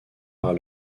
par